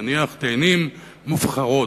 נניח תאנים מובחרות.